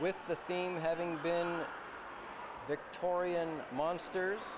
with the same having been victorian monsters